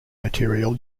material